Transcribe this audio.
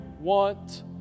want